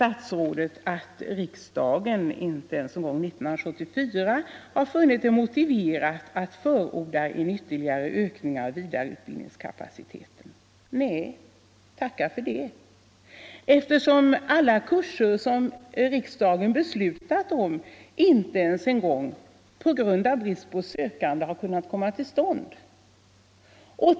Men riksdagen har inte ens 1974, påpekar statsrådet, funnit det motiverat att förorda en ytterligare ökning av vidareutbildningskapaciteten. Nej, tacka för det! På grund av brist på sökande har inte ens de kurser som riksdagen beslutat om kunnat komma till stånd.